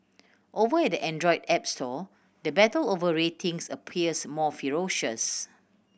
over at the Android app store the battle over ratings appears more ferocious